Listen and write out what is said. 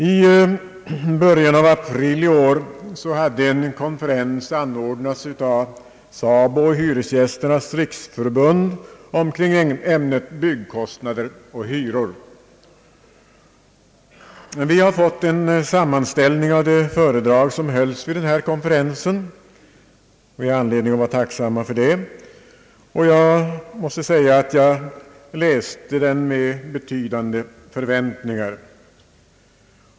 I början av april i år ordnades en konferens av SABO och Hyresgästernas riksförbund omkring ämnet Byggkostnader och hyror. Vi har fått en samman ställning av de föredrag som hölls vid denna konferens, och det har vi anledning att vara tacksamma för. Jag läste denna sammanfattning med betydande förväntningar.